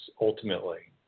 ultimately